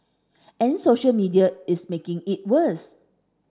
and social media is making it worse